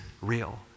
real